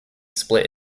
split